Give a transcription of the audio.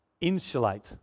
insulate